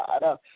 God